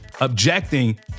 objecting